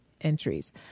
entries